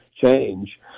change